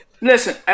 Listen